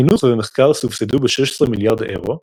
חינוך ומחקר סובסדו ב-16 מיליארד אירו,